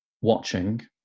watching